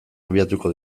abiatuko